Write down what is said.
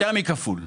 יותר מכפול.